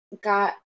got